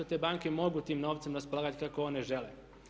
Te banke mogu tim novcem raspolagati kako one žele.